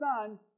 son